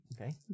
Okay